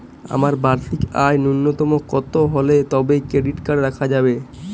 আমার বার্ষিক আয় ন্যুনতম কত হলে তবেই ক্রেডিট কার্ড রাখা যাবে?